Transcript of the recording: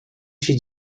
się